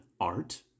art